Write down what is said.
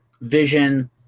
Vision